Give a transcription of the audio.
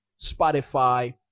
Spotify